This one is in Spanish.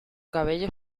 cabello